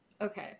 Okay